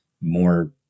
more